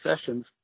sessions